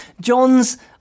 John's